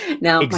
Now